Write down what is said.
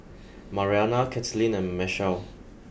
Mariana Katlyn and Machelle